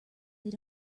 they